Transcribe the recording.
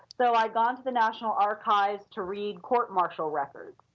so i'd gone to the national archives to read court martial records.